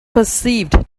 perceived